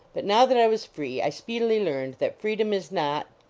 but now that i was free, i speedily learned that freedom is not